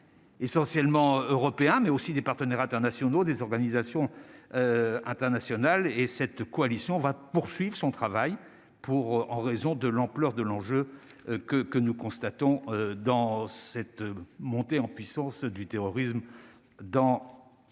Essentiellement européens mais aussi des partenaires internationaux des organisations internationales et cette coalition va poursuivre son travail pour en raison de l'ampleur de l'enjeu que que nous constatons dans cette montée en puissance du terrorisme dans cette